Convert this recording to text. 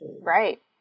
Right